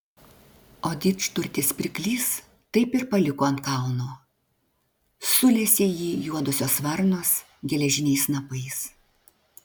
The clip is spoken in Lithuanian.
o didžturtis pirklys taip ir paliko ant kalno sulesė jį juodosios varnos geležiniais snapais